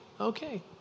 okay